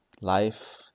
life